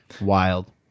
Wild